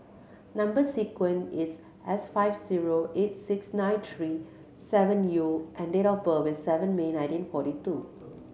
number sequence is S five zero eight six nine three seven U and date of birth is seven May nineteen forty two